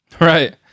Right